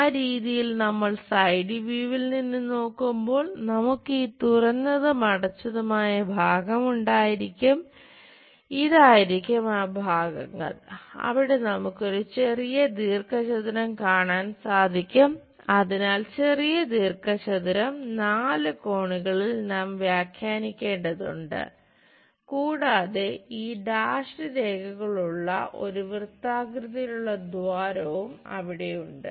ആ രീതിയിൽ നമ്മൾ സൈഡ് വ്യൂവിൽ രേഖകൾ ഉള്ള ഒരു വൃത്താകൃതിയിലുള്ള ദ്വാരവും അവിടെ ഉണ്ട്